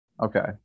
Okay